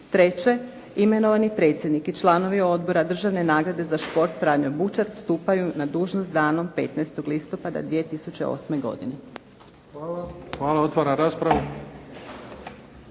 Treće, imenovani predsjednik i članovi Odbora državne nagrade za šport Franjo Bučar stupaju na dužnost danom 15. listopada 2008. godine.